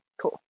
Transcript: Cool